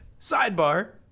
sidebar